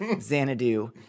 Xanadu